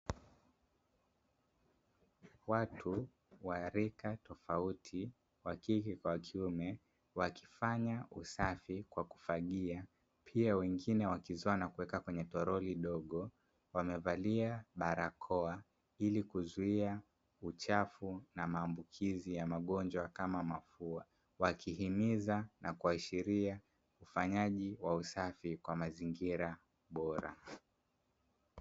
watu wa rika tofauti, wa kike kwa kiume, wakifanya usafi kwa kufagia. Pia wengine wakizoa na kuweka kwenye toroli dogo. Wamevalia barakoa ili kuzuia uchafu na maambukizi ya mgonjwa kama mafua, wakihimiza na kuashiria ufanyaji wa usafi kwa mazingira Bora.